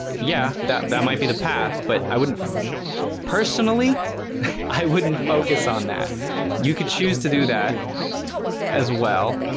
yeah, that that might be the path, but i wouldn't personally i wouldn't focus on that you could choose to do that as well,